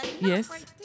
Yes